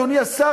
אדוני השר,